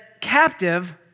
captive